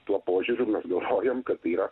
tuo požiūriu mes galvojam kad tai yra